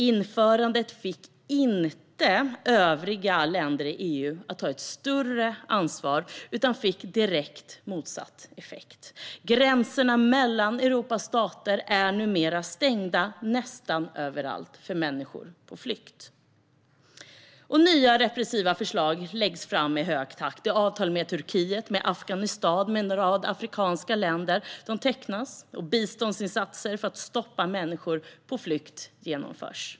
Införandet fick inte övriga länder i EU att ta ett större ansvar utan fick direkt motsatt effekt. Gränserna mellan Europas stater är numera stängda nästan överallt för människor på flykt. Nya repressiva förslag läggs fram i snabb takt. Det är avtal med Turkiet, Afghanistan och en rad afrikanska länder som tecknas, och biståndsinsatser för att stoppa människor på flykt genomförs.